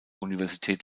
universität